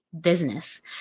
business